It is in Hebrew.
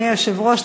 אדוני היושב-ראש,